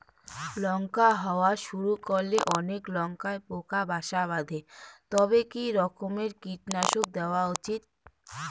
লঙ্কা হওয়া শুরু করলে অনেক লঙ্কায় পোকা বাসা বাঁধে তবে কি রকমের কীটনাশক দেওয়া উচিৎ?